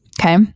Okay